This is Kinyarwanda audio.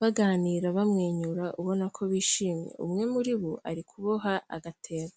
baganira bamwenyura ubona ko bishimye, umwe muri bo ari kuboha agatebo.